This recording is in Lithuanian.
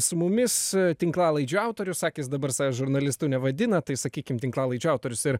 su mumis tinklalaidžių autorius sakė jis dabar savęs žurnalistu nevadina tai sakykim tinklalaidžių autorius ir